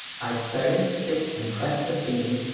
i've sewn, clipped and pressed the seam,